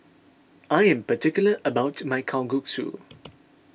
I am particular about my Kalguksu